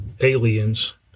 aliens